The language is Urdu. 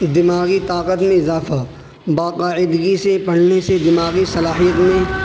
دماغی طاقت میں اضافہ باقاعدگی سے پڑھنے سے دماغی صلاحیت میں